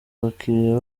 abakiliya